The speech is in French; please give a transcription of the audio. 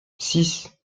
six